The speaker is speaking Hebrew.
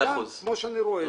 כפי שאני רואה את זה,